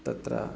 तत्र